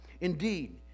Indeed